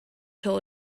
told